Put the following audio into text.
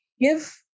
give